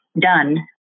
done